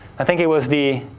i think it was the,